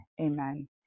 Amen